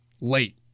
late